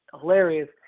hilarious